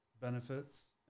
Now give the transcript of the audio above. benefits